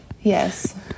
yes